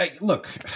look